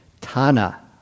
Tana